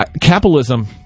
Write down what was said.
capitalism –